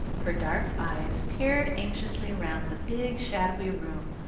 her dark eyes peered anxiously around the big shadowy room,